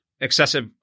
excessive